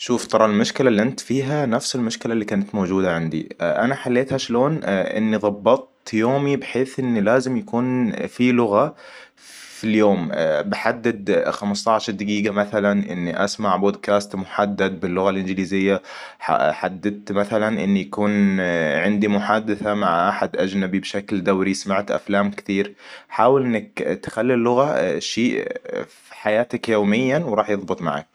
شوف ترى المشكلة اللي انت فيها نفس المشكلة اللي كنت موجودة عندي انا حليتها شلون اني ضبطت يومي بحيث إني لازم يكون في لغة في اليوم بحدد خمسطعش دقيقة مثلاً اني اسمع بودكاست محدد باللغة الانجليزية حددت مثلاً إن يكون عندي محادثة مع أحد اجنبي بشكل دوري سمعت افلام كثير. حاول إنك تخلي اللغة شيء في حياتك يومياً وراح يضبط معك